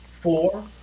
four